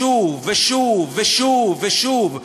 שוב ושוב ושוב ושוב.